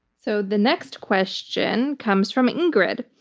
so the next question comes from ingrid.